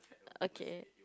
okay